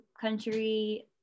country